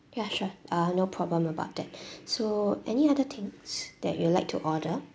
ya sure uh no problem about that so any other things that you'd like to order